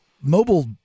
mobile